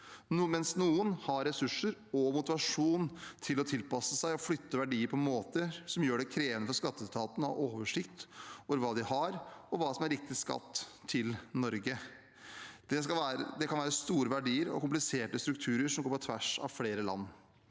men noen har ressurser og motivasjon til å tilpasse seg og flytte verdier på måter som gjør det krevende for skatteetaten å ha oversikt over hva de har, og hva som er riktig skatt til Norge. Det kan være store verdier og kompliserte strukturer som går på tvers av flere land.